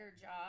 job